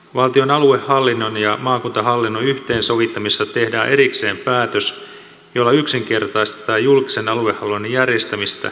valtion aluehallinnon ja maakuntahallinnon yhteensovituksesta tehdään erikseen päätös jolla yksinkertaistetaan julkisen aluehallinnon järjestämistä